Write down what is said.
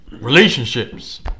Relationships